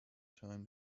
time